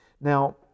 Now